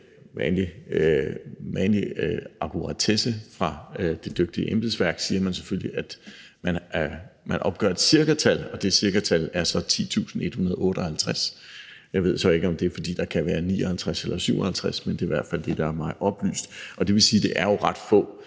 vanlig akkuratesse, for fra det dygtige embedsværks side siger man selvfølgelig, at man opgør et cirkatal, og det cirkatal er så 10.158. Jeg ved så ikke, om det er, fordi der kan være 59 eller 57, men det er i hvert fald det, der er mig oplyst. Det vil sige, at det jo er ret få.